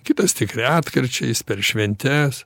kitas tik retkarčiais per šventes